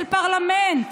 של פרלמנט.